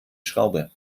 schraube